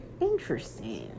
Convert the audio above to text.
Interesting